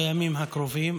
בימים הקרובים.